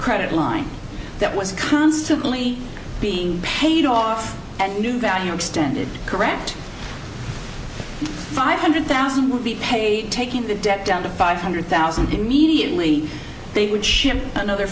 credit line that was constantly being paid off and new value extended correct five hundred thousand would be paid taking the debt down to five hundred thousand immediately they could ship another